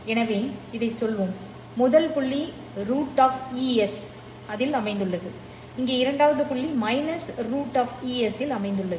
எனவே இதைச் சொல்வோம் முதல் புள்ளி √Es இல் அமைந்துள்ளது இங்கே இரண்டாவது புள்ளி √Es இல் அமைந்துள்ளது